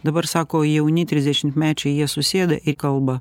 dabar sako jauni trisdešimtmečiai jie susėda ir kalba